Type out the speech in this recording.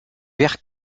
vert